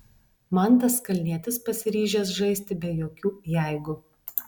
mantas kalnietis pasiryžęs žaisti be jokių jeigu